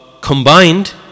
combined